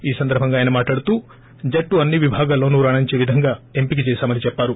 ఈ సందర్భంగా ఆయన మాట్లాడుతూ జట్టు అన్ని విభాగాల్లోనూ రాణించే విధంగా ఎంపిక చేశామని చెప్పారు